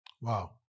Wow